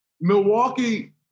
Milwaukee